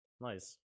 Nice